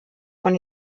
von